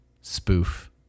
spoof